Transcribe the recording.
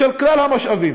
מכלל המשאבים.